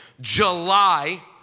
July